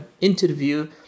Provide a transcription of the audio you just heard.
interview